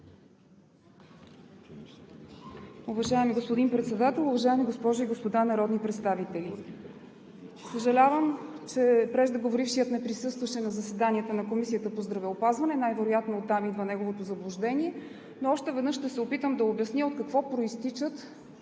Уважаеми господин Председател, уважаеми госпожи и господа народни представители! Съжалявам, че преждеговорившият не присъстваше на заседанията на Комисията по здравеопазване и най-вероятно оттам идва неговото заблуждение, но още веднъж ще се опитам да обясня от какво произтичат